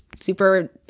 super